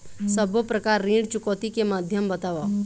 सब्बो प्रकार ऋण चुकौती के माध्यम बताव?